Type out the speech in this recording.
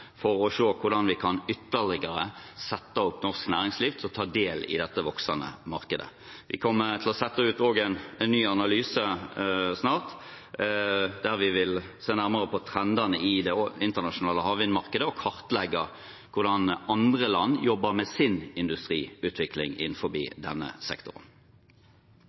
for å se på hvordan vi ytterligere kan sette opp norsk næringsliv til å ta del i dette voksende markedet. Vi kommer snart til å sette ut en ny analyse, der vi vil se nærmere på trendene i det internasjonale havvindmarkedet, og kartlegge hvordan andre land jobber med sin industriutvikling innenfor denne sektoren.